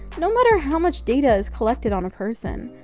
no matter how much data is collected on a person.